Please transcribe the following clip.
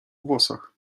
włosach